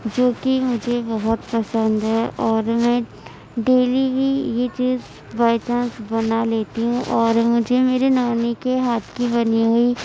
جو کہ مجھے بہت پسند ہے اور میں ڈیلی ہی یہ چیز بائی چانس بنا لیتی ہوں اور مجھے میرے نانی کے ہاتھ کی بنی ہوئی